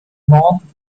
non